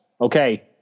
Okay